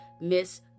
Miss